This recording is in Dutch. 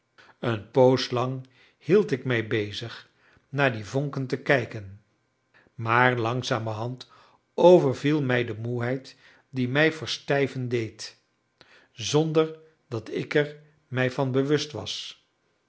een poos lang hield ik mij bezig naar die vonken te kijken maar langzamerhand overviel mij de moeheid die mij verstijven deed zonder dat ik er mij van bewust was